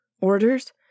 Orders